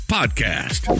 podcast